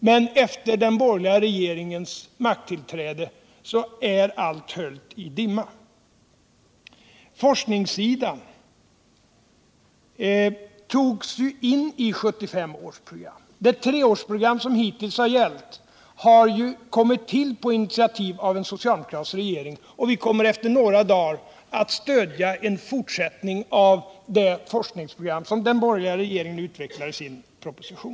Men efter den borgerliga regeringens makttillträde är allt höljt i dimma. Forskningssidan fanns med i 1975 års beslut. Det treårsprogram som hittills gällt kom till på initiativ av en socialdemokratisk regering, och vi kommer om några dagar att stödja den fortsättning på det forskningsprogrammet som den borgerliga regeringen utvecklar i sin proposition.